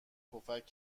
پفک